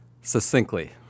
succinctly